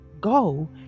go